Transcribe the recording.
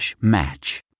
match